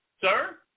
sir